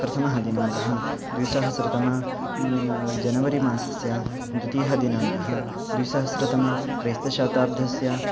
प्रथमः दिनाङ्कः द्विसहस्रतम जनवरी मासस्य द्वितीयः दिनाङ्कः द्विसहस्रतमक्रैस्तशताब्दस्य